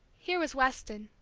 here was weston.